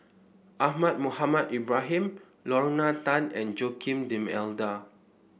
Ahmad Mohamed Ibrahim Lorna Tan and Joaquim D'Almeida